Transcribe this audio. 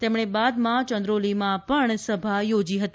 તેમણે બાદમાં ચંક્રોલીમાં પણ સભા યોજી હતી